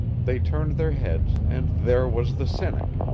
they turned their heads, and there was the cynic,